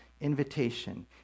invitation